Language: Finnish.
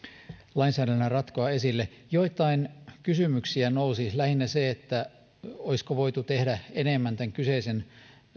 lainsäädännöllä ratkoa esille joitain kysymyksiä nousi lähinnä se olisiko voitu tehdä enemmän tämän kyseisen